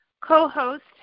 co-host